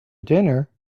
dinner